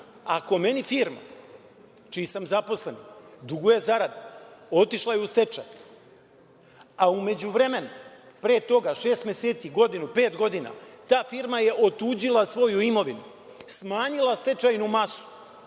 Ako meni firma čiji sam zaposleni duguje zaradu, otišla je u stečaj, a u međuvremenu, pre toga, šest meseci, godinu, pet godina ta firma je otuđila svoju imovinu, smanjila stečajnu masu,